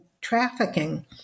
trafficking